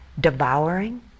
devouring